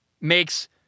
makes